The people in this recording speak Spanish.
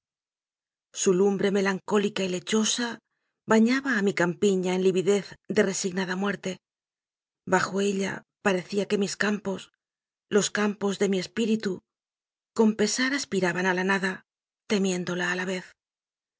su lumbre melancólica y lechosa bañaba á mi campiña en lividez de resignada muerte bajo ella parecía que mis campos los campos de mi espíritu con pesar aspiraban á la nada temiéndola á la vez